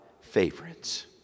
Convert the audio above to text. favorites